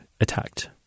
attacked